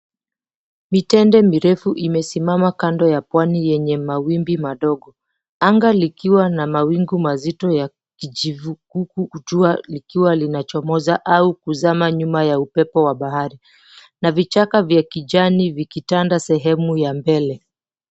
Mitende mirefu imesimama kando ya pwani yenye mawimbi madogo. Anga likiwa na mawingu mazito ya kijivu huku jua likiwa linachomoza au kuzama nyuma ya upepo wa bahari na vichaka vya kijani vikitanda sehemu ya mbele.